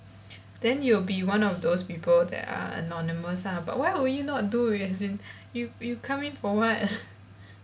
then you'll be one of those people that are anonymous ah but why will you not do as in you you come in for what